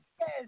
yes